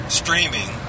streaming